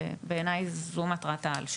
ובעיניי זו מטרת העל שלה.